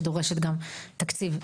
שדורשת גם תקציב,